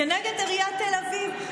כנגד עיריית תל אביב,